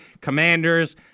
commanders